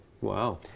Wow